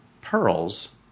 pearls